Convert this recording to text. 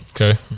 Okay